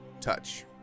touch